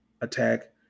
attack